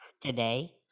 today